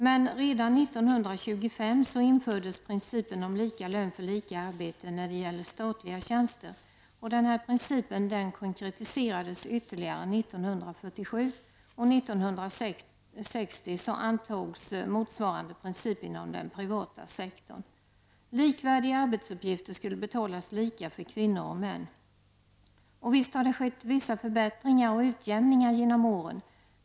Men redan 1925 infördes principen om lika lön för lika arbete när det gäller statliga tjänster. Denna princip konkretiserades ytterligare 1947, och 1960 Likvärdiga arbetsuppgifter skulle betalas lika för kvinnor och män. Visst har det skett vissa förbättringar och utjämningar genom åren.